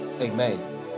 Amen